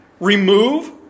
Remove